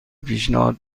پیشنهاد